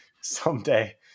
someday